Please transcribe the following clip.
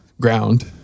ground